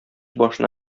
башына